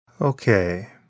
Okay